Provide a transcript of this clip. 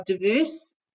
diverse